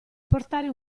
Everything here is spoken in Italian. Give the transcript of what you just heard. portare